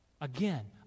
Again